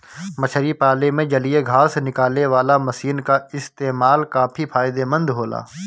मछरी पाले में जलीय घास निकालेवाला मशीन क इस्तेमाल काफी फायदेमंद होला